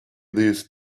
these